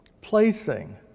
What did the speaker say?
placing